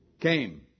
came